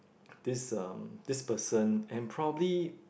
this um this person and probably